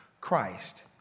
Christ